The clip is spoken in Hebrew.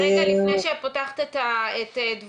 רגע לפני שאת פותחת את דבריך,